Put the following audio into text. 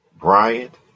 Bryant